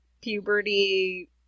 puberty